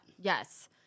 Yes